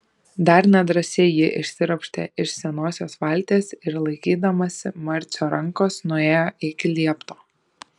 dar nedrąsiai ji išsiropštė iš senosios valties ir laikydamasi marcio rankos nuėjo iki liepto